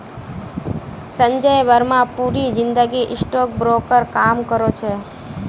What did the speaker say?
संजय बर्मा पूरी जिंदगी stock broker काम करो छे